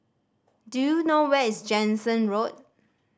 do you know where is Jansen Road